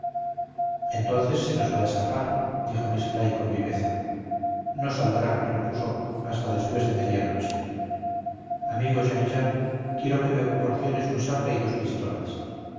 entonces se nos va a escapar dijo miss fly con viveza no saldrán repuso hasta después de media noche amigo jean jean quiero que me proporciones un sable y dos pistolas